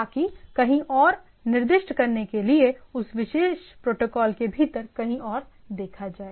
ताकि कहीं और निर्दिष्ट करने के लिए उस विशेष प्रोटोकॉल के भीतर कहीं और देखा जाए